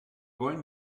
wollen